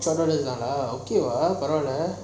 பரவலா சொந்தங்களை:paravala sonangala okay வா பரவலா:vaa paravala